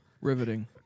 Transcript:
Riveting